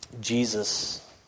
Jesus